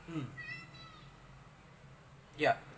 um yeah